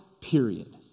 period